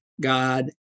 God